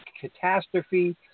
catastrophe